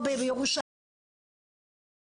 פה בירושלים ואני